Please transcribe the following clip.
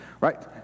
right